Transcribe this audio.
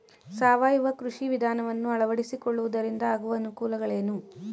ಸಾವಯವ ಕೃಷಿ ವಿಧಾನವನ್ನು ಅಳವಡಿಸಿಕೊಳ್ಳುವುದರಿಂದ ಆಗುವ ಅನುಕೂಲಗಳೇನು?